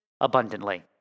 abundantly